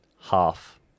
half